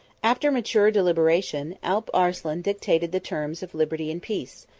after mature deliberation, alp arslan dictated the terms of liberty and peace,